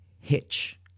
Hitch